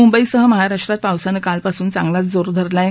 मुंबईसह महाराष्ट्रात पावसानं कालपासून चांगलाच जोर धरला आहे